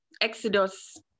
Exodus